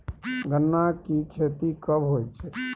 गन्ना की खेती कब होय छै?